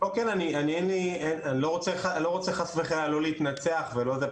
אני לא רוצה חס וחלילה לא להתנצח ולא זה,